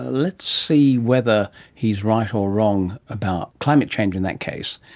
let's see whether he's right or wrong about climate change in that case.